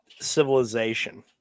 civilization